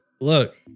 look